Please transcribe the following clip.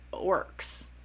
works